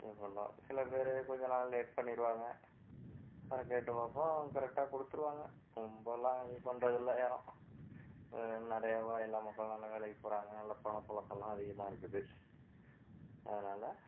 இது பண்ணுறோம் சில பேர் கொஞ்ச நாள் லேட் பண்ணியிருவாங்க பணம் கேட்டு பார்ப்போம் கரெட்டாக கொடுத்துருவாங்க ரொம்பலான் இது பண்ணுறதில்ல யாரும் நிறையவா எல்லா மக்களும் நல்ல வேலைக்கு போகறாங்க நல்ல பணப் புழக்கம்லான் அதிகமாகருக்குது அதனால்